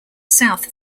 south